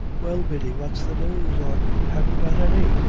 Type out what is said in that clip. well, biddy, what's the news or have you got any?